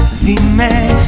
Dime